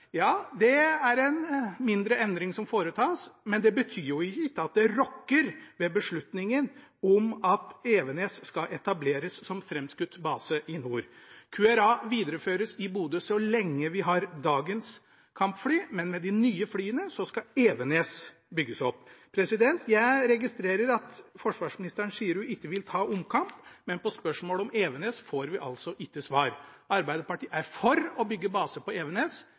Ja, det er en mindre endring som foretas, men det betyr jo ikke at det rokker ved beslutningen om at Evenes skal etableres som framskutt base i nord. QRA videreføres i Bodø så lenge vi har dagens kampfly, men med de nye flyene skal Evenes bygges opp. Jeg registrerer at forsvarsministeren sier hun ikke vil ta omkamp, men på spørsmålet om Evenes får vi altså ikke svar. Arbeiderpartiet er for å bygge base på Evenes.